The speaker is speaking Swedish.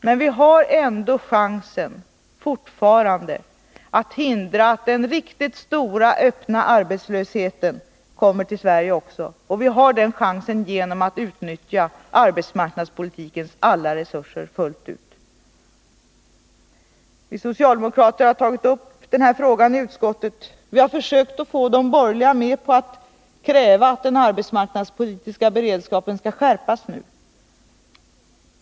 Men vi har ändå chansen fortfarande att hindra att den riktigt stora öppna arbetslösheten kommer till Sverige också. Vi har den chansen om vi utnyttjar arbetsmarknadspolitikens alla resurser fullt ut. Den här frågan har vi socialdemokrater tagit uppi utskottet. Vi har försökt att få de borgerliga med på att kräva att den arbetsmarknadspolitiska beredskapen skall skärpas.